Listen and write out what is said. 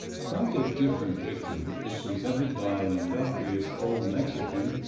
quite a different picture is presented by an industrious old mexican,